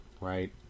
Right